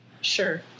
Sure